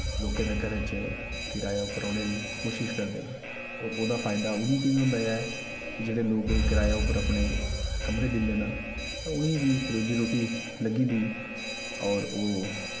लोकें दे घरें च किराए पर रौह्ने दी कोशिश करदे न ओह्दा फायदा उ'नें गी बी होंदा ऐ कि जेह्ड़े लोग किराए अपने कमरे दिंदे न ते उ'नें बी रोजी रोटी लग्गी जंदी होर ओह्